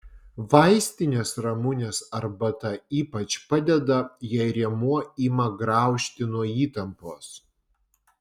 vaistinės ramunės arbata ypač padeda jei rėmuo ima graužti nuo įtampos